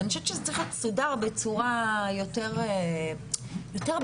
זה צריך להיות מסודר בצורה יותר בהירה.